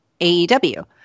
AEW